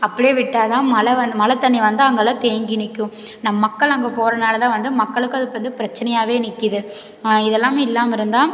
அப்படியே விட்டால் தான் மழை வந் மழைத்தண்ணி வந்தால் அங்கேல்லாம் தேங்கி நிற்கும் நம்ம மக்கள் அங்கே போகிறனால தான் வந்து மக்களுக்கும் அது வந்து பிரச்சினையாவே நிற்குது இதெல்லாமே இல்லாமல் இருந்தால்